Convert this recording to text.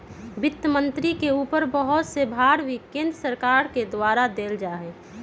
वित्त मन्त्री के ऊपर बहुत से भार भी केन्द्र सरकार के द्वारा देल जा हई